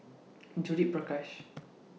Judith Prakash